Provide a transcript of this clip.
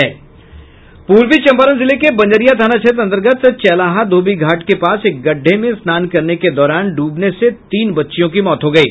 पूर्वी चंपारण जिले के बंजरिया थाना क्षेत्र अंतर्गत चैलाहा धोबी घाट के पास एक गड्ढ़े में स्नान करने के दौरान डूबने से तीन बच्चियों की मौत हो गयी